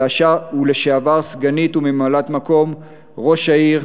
ולשעבר סגנית וממלאת-מקום ראש העיר,